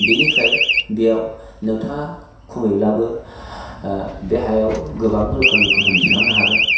बेनिफ्राय बेयाव नोथाङा खमैब्लाबो बे हायाव गोबां रोखोमनि फसल दिखांनो हागोन